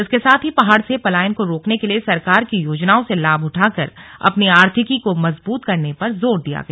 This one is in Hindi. इसके साथ ही पहाड़ से पलायन को रोकने के लिए सरकार की योजनाओं से लाभ उठाकर अपनी आर्थिकी को मजबूत करने पर जोर दिया गया